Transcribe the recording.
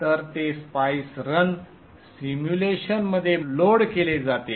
तर ते spice run सिम्युलेशनमध्ये लोड केले जाते